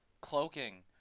cloaking